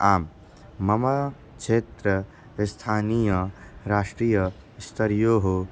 आं मम क्षेत्रे स्थानीय राष्ट्रीयस्थरीयः